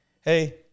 Hey